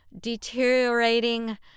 deteriorating